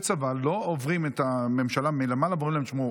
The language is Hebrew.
אנשי צבא לא עוברים את הממשלה מלמעלה ואומרים להם: תשמעו,